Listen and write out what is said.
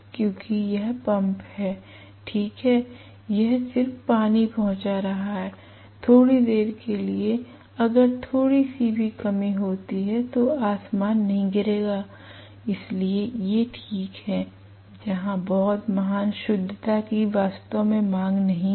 क्योंकि यह पंप है ठीक है यह सिर्फ पानी पहुँचा रहा है थोड़ी देर के लिए अगर थोड़ी सी भी कमी होती है तो आसमान नहीं गिरेगा इसलिए ये ठीक हैं जहाँ बहुत महान शुद्धता की वास्तव में मांग नहीं है